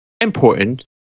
important